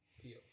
feel